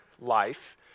life